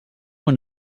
one